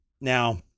now